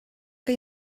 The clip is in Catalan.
que